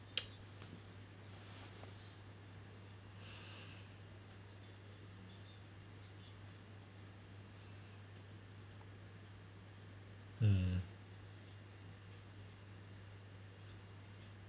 um